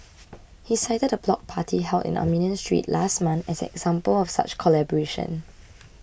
he cited a block party held in Armenian Street last month as an example of such collaboration